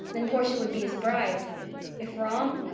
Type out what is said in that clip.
then portia would be his bride if wrong,